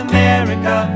America